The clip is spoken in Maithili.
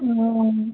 ओ